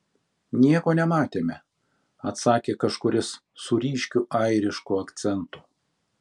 nieko nematėme atsakė kažkuris su ryškiu airišku akcentu